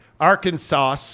Arkansas